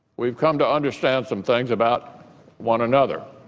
we've come to understand some things about one another